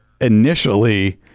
initially